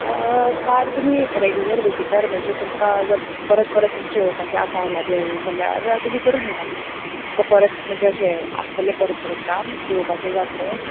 card तुमी regular visitor म्हणजे तुमकां जर परत परत तुमचे येवपाचे आसा जाल्यार तुमी करुंक शकता कार्ड तुमकां परत म्हणजे अशे आसतले परत काम येवपाचे जातले